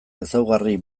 ezaugarri